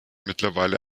mittlerweile